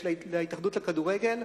של ההתאחדות לכדורגל,